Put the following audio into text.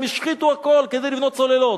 הם השחיתו הכול כדי לבנות סוללות.